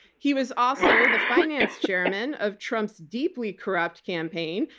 he was also the finance chairman of trump's deeply corrupt campaign,